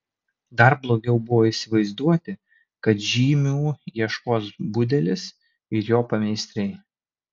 dar blogiau buvo įsivaizduoti kad žymių ieškos budelis ir jo pameistriai